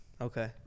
Okay